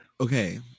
Okay